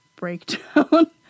breakdown